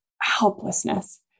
helplessness